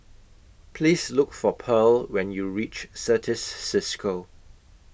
Please Look For Pearl when YOU REACH Certis CISCO